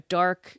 dark